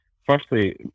Firstly